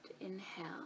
Inhale